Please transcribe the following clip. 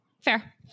Fair